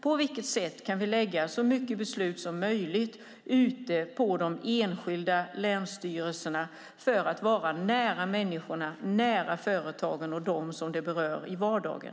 På vilket sätt kan vi lägga så många beslut som möjligt ute på de enskilda länsstyrelserna så att besluten kommer nära människorna och företagen, nära dem som de berör i vardagen?